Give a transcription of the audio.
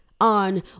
on